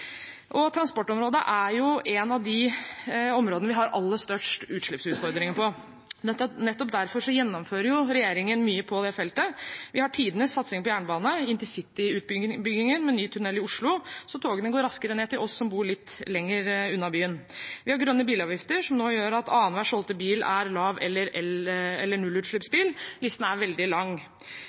er ikke med i listen. Transportområdet er et av områdene vi har aller størst utslippsutfordringer på. Nettopp derfor gjennomfører regjeringen mye på det feltet. Vi har tidenes satsing på jernbane, intercityutbyggingen med ny tunnel i Oslo, så togene går raskere til oss som bor litt lenger unna byen. Vi har grønne bilavgifter, som nå gjør at annenhver solgte bil er en lav- eller nullutslippsbil. Listen er veldig lang.